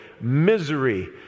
Misery